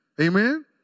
Amen